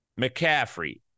McCaffrey